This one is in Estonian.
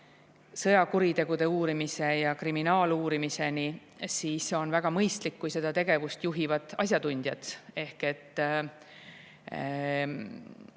sõjakuritegude uurimise ja kriminaaluurimiseni, siis on väga mõistlik, kui seda tegevust juhivad asjatundjad. Eesti